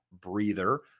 breather